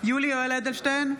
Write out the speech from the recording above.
יולי יואל אדלשטיין,